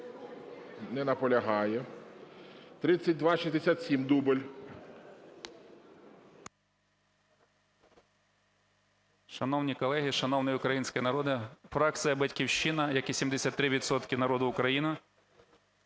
Не наполягає. 3267, Дубіль.